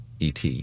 et